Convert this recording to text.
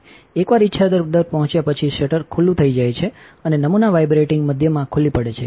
એકવાર ઇચ્છાદર દર પહોંચ્યા પછી શટર ખુલ્લું થઈ જાય છે અને નમૂના વાઇબ્રેટિંગ મધ્યમાં ખુલ્લી પડે છે